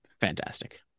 Fantastic